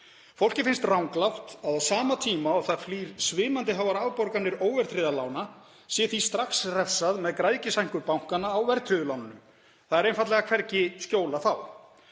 Fólki finnst ranglátt að á sama tíma og það flýr svimandi háar afborganir óverðtryggðra lána sé því strax refsað með græðgishækkun bankanna á verðtryggðu lánunum. Það er einfaldlega hvergi skjól að fá.